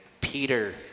Peter